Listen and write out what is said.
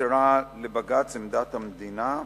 נמסרה לבג"ץ עמדת המדינה,